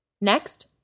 Next